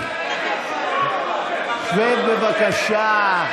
שב, בבקשה.